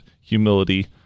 humility